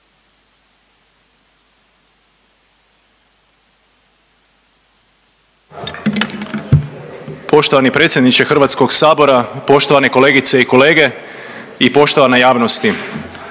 Poštovani potpredsjedniče Hrvatskog sabora, poštovane kolegice i kolege i poštovana javnosti